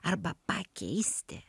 arba pakeisti